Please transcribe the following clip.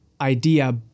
idea